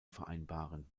vereinbaren